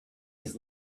his